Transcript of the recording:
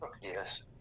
Yes